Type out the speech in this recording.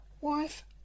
wife